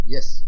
Yes